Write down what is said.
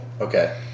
okay